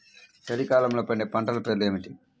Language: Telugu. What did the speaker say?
చలికాలంలో పండే పంటల పేర్లు ఏమిటీ?